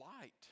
light